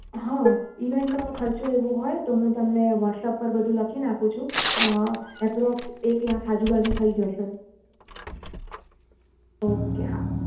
હં ઇવેન્ટનો ખર્ચો એવું હોય તો હું તમને વોટ્સઅપ પર બધું લખી નાખું છુ એપ્રોક્સ એક લાખ આજુબાજુ થઈ જશે ઓકે હા